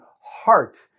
heart